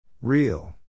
Real